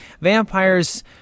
vampires